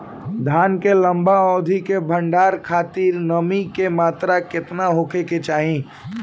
धान के लंबा अवधि क भंडारण खातिर नमी क मात्रा केतना होके के चाही?